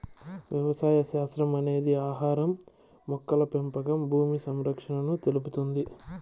వ్యవసాయ శాస్త్రం అనేది ఆహారం, మొక్కల పెంపకం భూమి సంరక్షణను తెలుపుతుంది